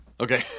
Okay